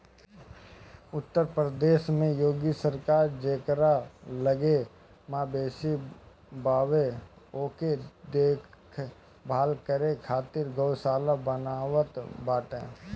उत्तर प्रदेश के योगी सरकार जेकरा लगे मवेशी बावे ओके देख भाल करे खातिर गौशाला बनवावत बाटे